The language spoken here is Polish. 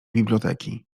biblioteki